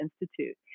Institute